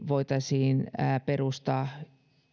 voitaisiin perustaa